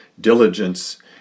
Diligence